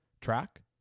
Track